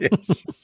Yes